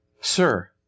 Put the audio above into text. Sir